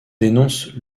dénonce